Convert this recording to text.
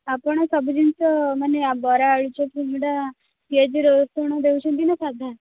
ଆପଣ ସବୁ ଜିନିଷ ମାନେ ଆ ବରା ଆଳୁଚପ ସିଙ୍ଗଡ଼ା ପିଆଜି ରସୁଣ ଦଉଛନ୍ତି ନାଁ ସାଧା